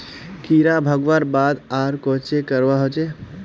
कीड़ा भगवार बाद आर कोहचे करवा होचए?